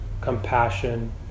compassion